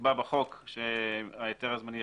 נקבע בחוק שההיתר הזמני,